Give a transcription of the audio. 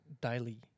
daily